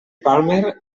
palmer